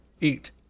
eat